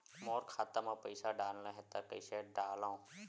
मोर खाता म पईसा डालना हे त कइसे डालव?